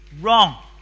wrong